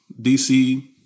DC